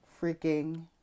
freaking